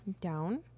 Down